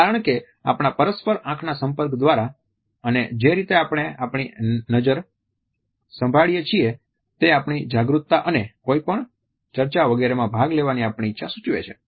કારણ કે આપણા પરસ્પર આંખના સંપર્ક દ્વારા અને જે રીતે આપણે આપણી નજર સંભાળીએ છીએ તે આપણી જાગૃતતા અને કોઈ પણ ચર્ચા વગેરેમાં ભાગ લેવાની આપણી ઈચ્છા સૂચવે છે